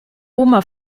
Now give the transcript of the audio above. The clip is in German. oma